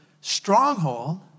stronghold